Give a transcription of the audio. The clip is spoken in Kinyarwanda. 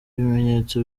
ibimenyetso